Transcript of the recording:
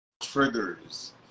triggers